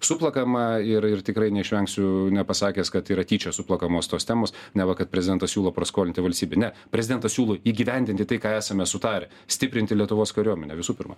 suplakama ir ir tikrai neišvengsiu nepasakęs kad yra tyčia suplakamos tos temos neva kad prezidentas siūlo praskolinti valstybę ne prezidentas siūlo įgyvendinti tai ką esame sutarę stiprinti lietuvos kariuomenę visų pirma